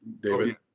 david